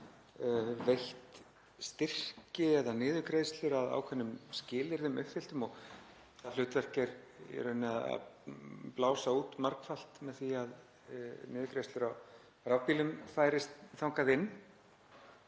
veitt styrki eða niðurgreiðslur að ákveðnum skilyrðum uppfylltum og það hlutverk er í rauninni að blása út margfalt með því að niðurgreiðslur á rafbílum færist þangað inn,